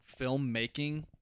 filmmaking